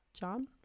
John